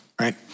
right